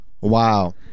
Wow